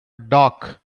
dock